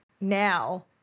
now